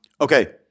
Okay